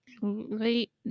late